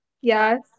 Yes